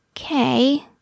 okay